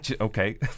Okay